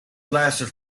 lasted